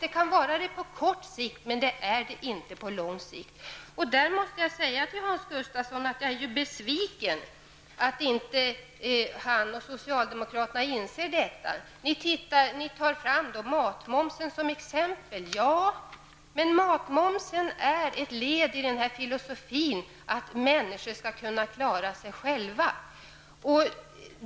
Det kan vara det på kort sikt, men det är det inte på lång sikt, och jag måste säga till Hans Gustafsson att jag är besviken på att han och socialdemokraterna inte inser detta. Ni tar fram matmomsen som exempel. Ja, men sänkt matmoms är ett led i filosofin att människan skall kunna klara sig själv.